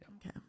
Okay